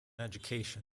education